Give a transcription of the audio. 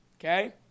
Okay